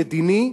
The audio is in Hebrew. מדיני,